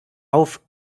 auf